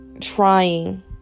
trying